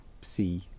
see